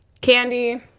candy